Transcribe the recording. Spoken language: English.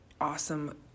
awesome